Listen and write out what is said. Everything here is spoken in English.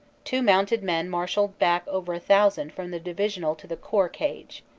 two mounted men marsh alled back over a thousand from the divisional to the corps cage.